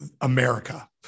America